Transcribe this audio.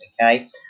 okay